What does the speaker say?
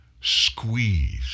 Squeeze